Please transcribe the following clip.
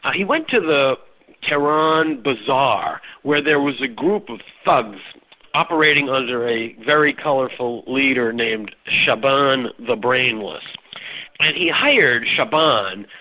he went to the tehran bazaar, where there was a group of thugs operating under a very colourful leader named shabaan the brainless. and he hired shabaan,